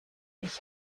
ich